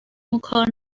وکار